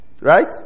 Right